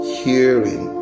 hearing